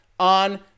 on